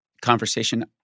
conversation